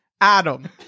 Adam